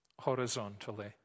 horizontally